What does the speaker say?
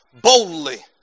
boldly